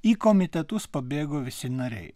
į komitetus pabėgo visi nariai